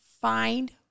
find